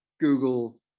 Google